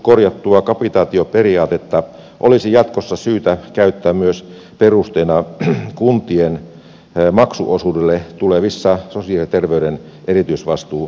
sairastavuuskorjattua kapitaatioperiaatetta olisi jatkossa syytä käyttää perusteena myös kuntien maksuosuudelle tulevissa sosiaali ja terveydenhuollon erityisvastuualueissa